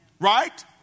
Right